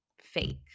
fake